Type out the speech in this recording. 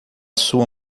sua